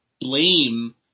blame